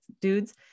dudes